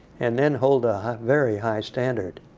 and then hold a very high standard,